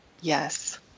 Yes